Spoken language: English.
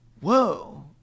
Whoa